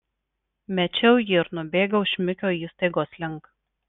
mečiau jį ir nubėgau šmikio įstaigos link